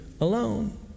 alone